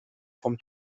vom